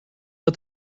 let